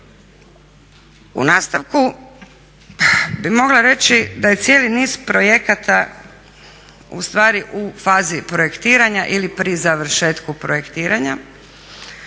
U nastavku bih mogla reći da je cijeli niz projekata u stvari u fazi projektiranja ili pri završetku projektiranja